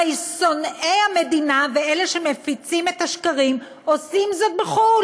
הרי שונאי המדינה ואלה שמפיצים את השקרים עושים זאת בחו"ל,